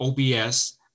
OBS